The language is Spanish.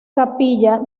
capilla